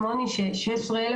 ממשרד המשפטים,